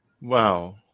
Wow